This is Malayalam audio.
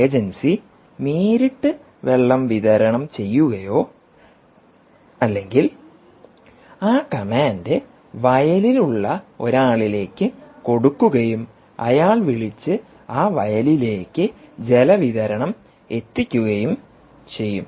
ഏജൻസി നേരിട്ട് വെള്ളം വിതരണം ചെയ്യുകയോ അല്ലെങ്കിൽ ആ കമാൻഡ് വയലിൽ ഉള്ള ഒരാളിലേക്ക് കൊടുക്കുകയും അയാൾ വിളിച്ച് ആ വയലിലേക്ക് ജലവിതരണം എത്തിക്കുകയും ചെയ്യും